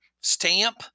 stamp